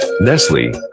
Nestle